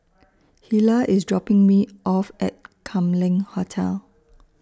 Hilah IS dropping Me off At Kam Leng Hotel